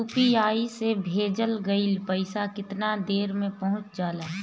UPI से भेजल गईल पईसा कितना देर में पहुंच जाला?